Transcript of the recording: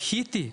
בכיתי.